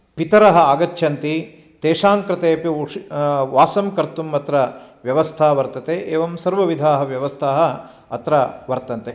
पितरः आगच्छन्ति तेषां कृते अपि उशि वासं कर्तुम् अत्र व्यवस्था वर्तते एवं सर्वविधाः व्यवस्थाः अत्र वर्तन्ते